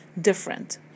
different